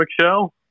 show